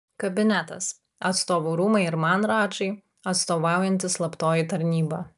kabinetas atstovų rūmai ir man radžai atstovaujanti slaptoji taryba